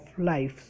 life